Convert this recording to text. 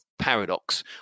paradox